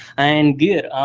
and gear,